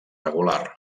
regular